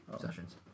Sessions